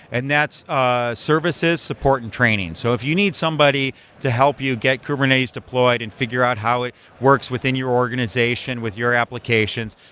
and that's ah services, support and training. so if you need somebody to help you get kubernetes deployed in figure out how it works within your organization, with your applications,